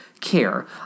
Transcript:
care